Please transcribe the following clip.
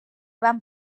van